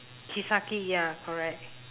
kiseki ya correct